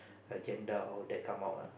agenda all that come out lah